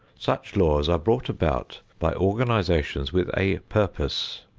such laws are brought about by organizations with a purpose.